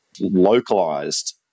localized